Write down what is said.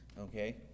okay